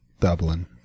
Dublin